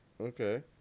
Okay